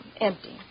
empty